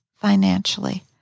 financially